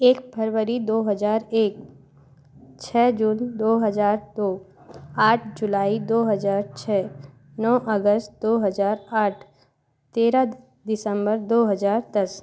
एक फरवरी दो हजार एक छः जून दो हजार दो आठ जुलाई दो हजार छः नौ अगस्त दो हजार आठ तेरह दिसंबर दो हजार दस